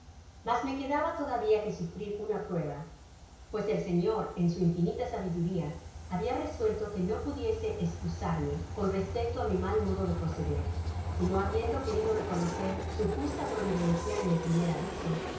mas me quedaba todavia que sufrir una prueba pues el señor en su infinita sabiduria habia resuelto que no pudiese escusarme con respecto á mi mal modo de proceder y no habiendo que rido reconocer su justa providencia en el primer aviso